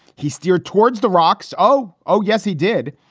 he steered towards the rocks. oh. oh, yes, he did.